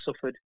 suffered